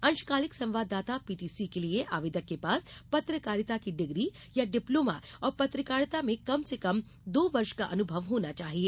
अंशकालिक संवाददाता पीटीसी के लिए आवेदक के पास पत्रकारिता की डिग्री या डिप्लोमा और पत्रकारिता में कम से कम दो वर्ष का अनुभव होना चाहिए